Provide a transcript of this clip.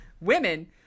Women